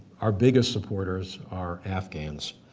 our biggest supporters are afghans,